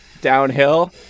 downhill